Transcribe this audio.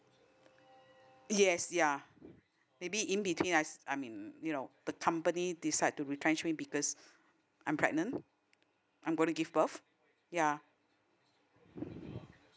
yes yeah maybe in between I I mean you know the company decide to retrench me because I'm pregnant I'm gonna give birth ya